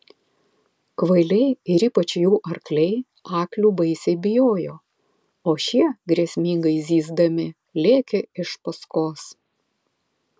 kvailiai ir ypač jų arkliai aklių baisiai bijojo o šie grėsmingai zyzdami lėkė iš paskos